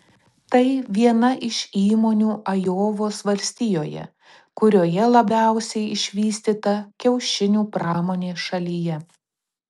tai viena iš įmonių ajovos valstijoje kurioje labiausiai išvystyta kiaušinių pramonė šalyje